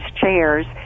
chairs